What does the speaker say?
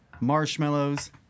marshmallows